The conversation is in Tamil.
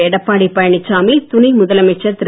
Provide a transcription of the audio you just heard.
எடப்பாடி பழனிசாமி துணை முதலமைச்சர் திரு